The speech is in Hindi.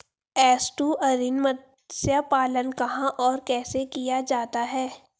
एस्टुअरीन मत्स्य पालन कहां और कैसे किया जाता है?